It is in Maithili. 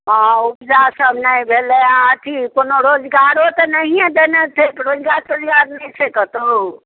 हँ उपजासभ नहि भेलै आ अथी कोनो रोजगारो तऽ नहिए देने छै रोजगार तोजगार नहि छै कतहु